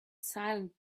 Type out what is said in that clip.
silent